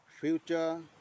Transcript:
Future